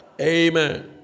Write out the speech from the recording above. Amen